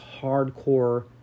hardcore